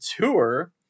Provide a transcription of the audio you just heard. Tour